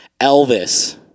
Elvis